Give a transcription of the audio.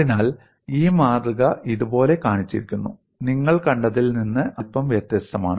അതിനാൽ ഈ മാതൃക ഇതുപോലെ കാണിച്ചിരിക്കുന്നു നിങ്ങൾ കണ്ടതിൽ നിന്ന് അല്പം വ്യത്യസ്തമാണ്